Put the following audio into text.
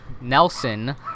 nelson